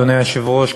אדוני היושב-ראש,